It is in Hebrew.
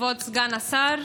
כבוד סגן השר,